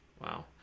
Wow